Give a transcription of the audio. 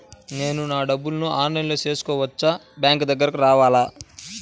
నేను నా డబ్బులను ఆన్లైన్లో చేసుకోవచ్చా? బ్యాంక్ దగ్గరకు రావాలా?